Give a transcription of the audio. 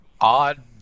odd